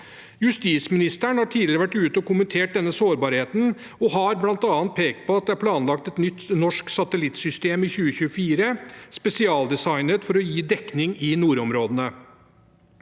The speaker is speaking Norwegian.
Justisministeren har tidligere vært ute og kommentert denne sårbarheten og har bl.a. pekt på at det er planlagt et nytt norsk satellittsystem i 2024, spesialdesignet for å gi dekning i nordområdene.